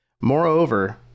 Moreover